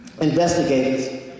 investigators